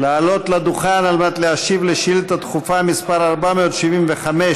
לעלות לדוכן על מנת להשיב על שאילתה דחופה מס' 475,